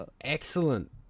excellent